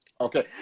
Okay